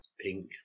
Pink